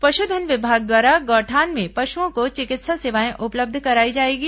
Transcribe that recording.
पशुधन विभाग द्वारा गौठान में पशुओं को चिकित्सा सेवाएं उपलब्ध कराई जाएगी